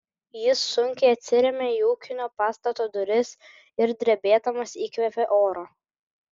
jis sunkiai atsirėmė į ūkinio pastato duris ir drebėdamas įkvėpė oro